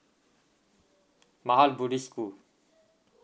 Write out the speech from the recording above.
maha bodhi school